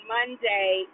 Monday